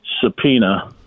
subpoena